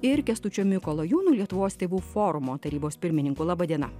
ir kęstučio mikolajūno lietuvos tėvų forumo tarybos pirmininku laba diena